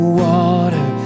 water